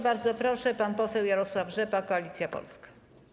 Bardzo proszę, pan poseł Jarosław Rzepa, Koalicja Polska.